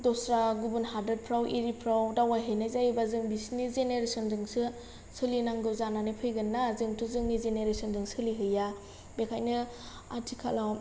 दस्रा गुबुन हादरफ्राव इरिफ्राव दावबायहैनाय जायोबा जों बिसिनि जेनेरेसनजोंसो सोलिनांगौ जानानै फैगोनना जोंथ' जोंनि जेनेरेसनजों सोलिहैया बेखायनो आथिखालाव